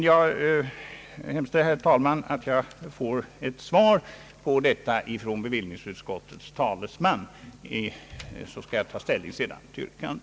Jag hemställer, herr talman, att jag får ett svar på denna fråga från bevillningsutskottets talesman, så skall jag sedan ta ställning till yrkandet.